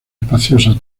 espaciosa